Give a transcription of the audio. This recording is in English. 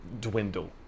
dwindle